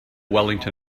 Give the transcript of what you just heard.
wellington